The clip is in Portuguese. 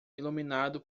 iluminado